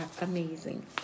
amazing